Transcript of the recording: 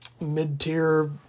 mid-tier